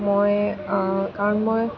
মই কাৰণ মই